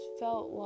felt